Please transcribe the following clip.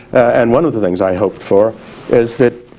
and one of the things i hoped for is that